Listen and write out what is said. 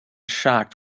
shocked